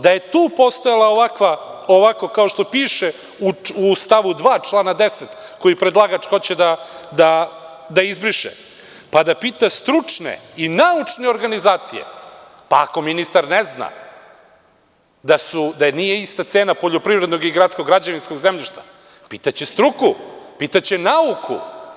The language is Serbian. Da je tu postojalo ovako kao što piše u stavu 2. člana 10, koji predlagač hoće da izbriše, pa da pita stručne i naučne organizacije, pa ako ministar ne zna da nije ista cena poljoprivrednog i gradsko građevinskog zemljišta, pitaće struku, pitaće nauku.